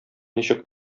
ничек